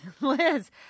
Liz